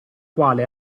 quale